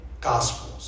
gospels